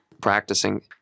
practicing